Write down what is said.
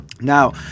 now